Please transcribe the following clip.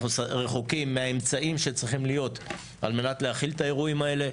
אנחנו רחוקים מהאמצעים שצריכים להיות על מנת להכיל את האירועים האלה.